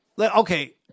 okay